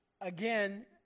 again